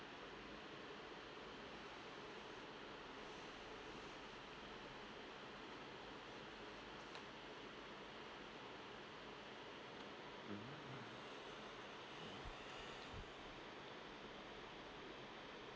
mm